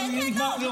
כן, כן.